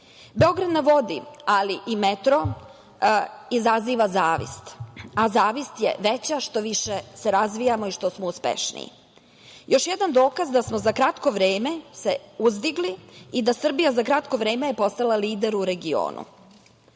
Srbiji. Beograd na vodi, ali i metro, izazivaju zavist, a zavist je veća što se više razvijamo i što smo uspešniji. Još jedan dokaz da smo se za kratko vreme uzdigli i da je Srbija za kratko vreme postala lider u regionu